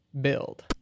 build